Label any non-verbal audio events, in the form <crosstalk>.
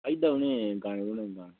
आई जंदा उ'नेंगी गाना <unintelligible>